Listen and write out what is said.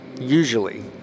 usually